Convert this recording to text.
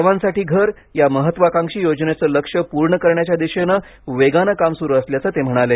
सर्वांसाठी घर या महत्त्वाकांक्षी योजनेचं लक्ष्य पूर्ण करण्याच्या दिशेने वेगानं काम सुरू असल्याचं ते म्हणाले